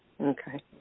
Okay